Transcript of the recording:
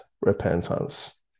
repentance